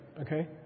okay